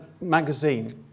magazine